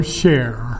share